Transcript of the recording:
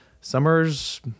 Summer's